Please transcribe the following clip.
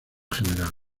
general